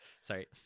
Sorry